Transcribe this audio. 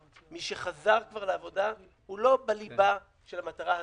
מי שחזר כבר לעבודה, הוא לא בליבה של המטרה הזאת,